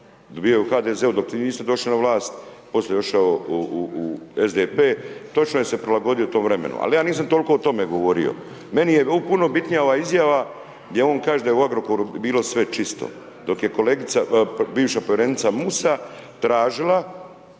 Bio je u HDZ-u dok vi niste došli na vlast, poslije je došao u SDP, točno je se prilagodio tom vremenu. Ali, ja nisam toliko o tome govorio, meni je puno bitno ova izjava, gdje on kaže da je u Agrokoru bilo sve čisto, dok je kolegica, bivša povjerenica Musa tražila